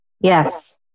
Yes